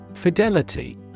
Fidelity